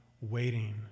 waiting